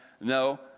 No